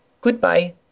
Goodbye